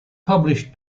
published